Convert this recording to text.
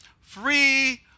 free